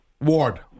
Ward